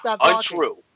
untrue